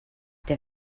der